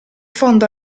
fondo